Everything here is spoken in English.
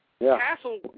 Castle